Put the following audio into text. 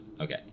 Okay